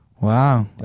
wow